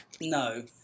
No